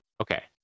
Okay